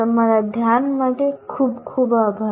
તમારા ધ્યાન માટે ખૂબ ખૂબ આભાર